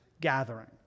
gathering